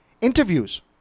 Interviews